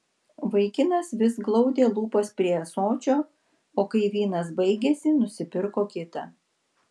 vaikinas vis glaudė lūpas prie ąsočio o kai vynas baigėsi nusipirko kitą